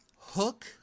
Hook